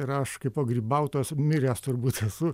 ir aš kaipo grybautojas miręs turbūt esu